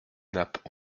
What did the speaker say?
nappes